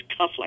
cufflinks